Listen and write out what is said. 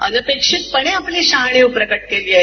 अनपेक्षितपणे आपली जाणीव प्रकट केली आहे